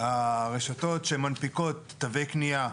הרשתות שמנפיקות תווי קנייה,